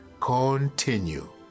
continue